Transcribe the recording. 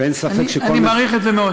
אני מעריך את זה מאוד.